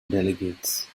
delegates